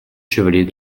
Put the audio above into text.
chevalier